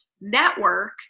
network